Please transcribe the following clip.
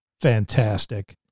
fantastic